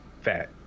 fat